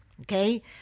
okay